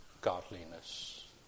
godliness